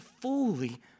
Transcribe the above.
fully